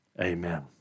Amen